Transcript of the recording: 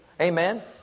Amen